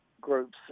groups